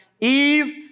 Eve